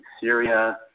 Syria